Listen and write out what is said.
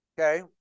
Okay